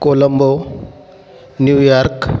Colombo New York